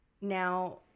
Now